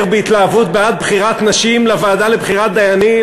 בהתלהבות בעד בחירת נשים לוועדה לבחירת דיינים.